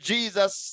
Jesus